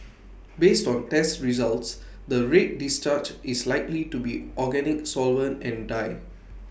based on test results the red discharge is likely to be organic solvent and dye